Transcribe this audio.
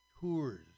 tours